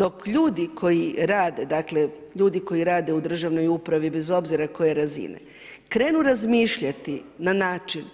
Dok ljudi koji rade, dakle ljudi koji rade u državnoj upravi bez obzira koje razine krenu razmišljati na način